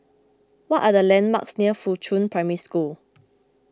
what are the landmarks near Fuchun Primary School